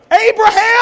Abraham